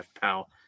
pal